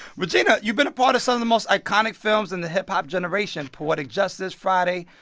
regina, you've been a part of some of the most iconic films in the hip-hop generation poetic justice, friday,